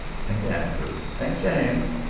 saint andrew, saint james,